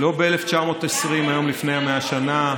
לא ב-1920, היום לפני 100 שנה,